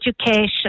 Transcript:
education